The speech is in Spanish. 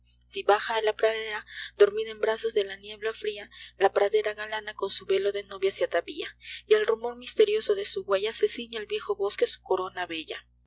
si baja á la pradera dormida en brazos de la niebla fria la pradera galana con su velo de novia se atavía y al rumor misterioso de su huella se ciile el viejo bosque su corona mas bella